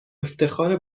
افتخار